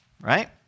right